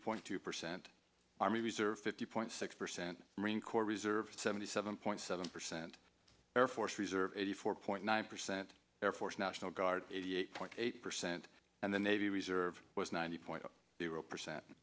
point two percent army reserve fifty point six percent marine corps reserves seventy seven point seven percent air force reserve eighty four point nine percent air force national guard eighty eight point eight percent and the navy reserve was ninety point zero zero percent